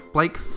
Blake